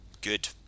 good